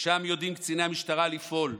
שם יודעים קציני המשטרה לפעול,